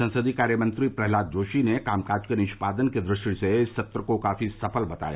संसदीय कार्यमंत्री प्रइलाद जोशी ने कामकाज के निष्पादन की दृष्टि से इस सत्र को काफी सफल बताया